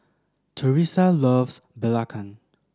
Teressa loves Belacan